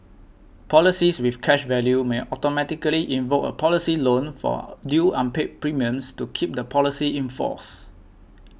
policies with cash value may automatically invoke a policy loan for due unpaid premiums to keep the policy in force